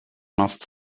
must